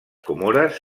comores